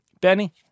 Benny